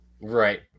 Right